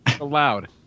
Allowed